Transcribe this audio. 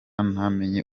ntamenye